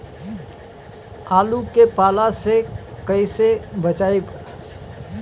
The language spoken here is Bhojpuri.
आलु के पाला से कईसे बचाईब?